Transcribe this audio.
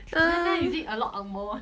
um